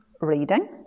reading